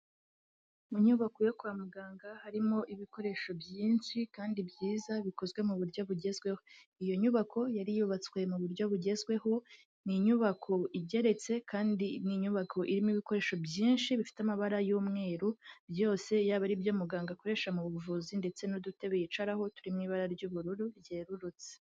Mu nyubako yo kwa muganga harimo ibikoresho byinshi kandi byiza bikozwe mu buryo bugezweho. Iyo nyubako yari yubatswe mu buryo bugezweho, ni inyubako igeretse kandi ni inyubako irimo ibikoresho byinshi bifite amabara y'umweru byose, yaba ari ibyo muganga akoresha mu buvuzi ndetse n'udutebe yicaraho turi mu ibara ry'ubururu ryerurutse.